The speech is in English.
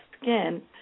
skin